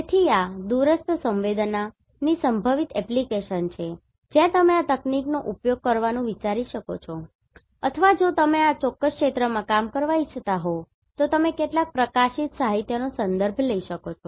તેથી આ દૂરસ્થ સંવેદના GIS ની સંભવિત એપ્લિકેશન છે જ્યાં તમે આ તકનીકોનો ઉપયોગ કરવાનું વિચારી શકો છો અથવા જો તમે આ ચોક્કસ ક્ષેત્રમાં કામ કરવા ઇચ્છતા હો તો તમે કેટલાક પ્રકાશિત સાહિત્યનો સંદર્ભ લઈ શકો છો